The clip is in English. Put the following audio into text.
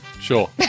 Sure